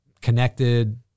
connected